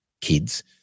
kids